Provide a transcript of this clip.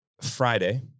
friday